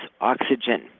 oxygen